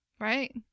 Right